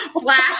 flash